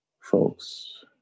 folks